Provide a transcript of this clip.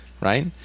right